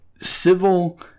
Civil